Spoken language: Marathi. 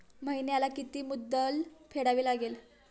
महिन्याला किती मुद्दल फेडावी लागेल?